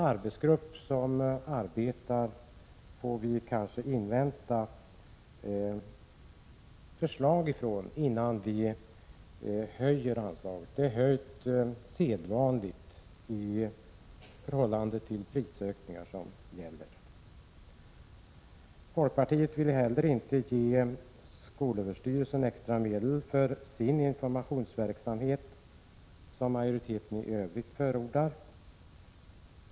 Vi får kanske invänta förslag från den arbetsgruppen innan vi höjer anslaget. Anslaget har höjts i sedvanlig ordning i förhållande till prisökningarna. Folkpartiet vill inte heller ge skolöverstyrelsen extra medel för dess informationsverksamhet, vilket majoriteten förordar.